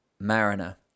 Mariner